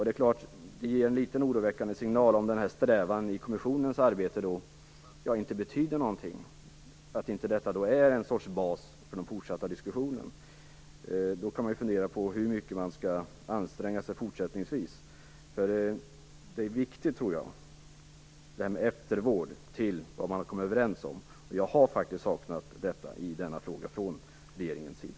Det är klart att det då ger en litet oroväckande signal om strävan i kommissionens arbete inte betyder någonting och inte utgör någon sorts bas för de fortsatta diskussionerna. Då kan man ju fundera över hur mycket man skall anstränga sig fortsättningsvis. Jag tror att det är viktigt med den eftervård till vad man har kommit överens om, vilket jag faktiskt har saknat i frågan från regeringens sida.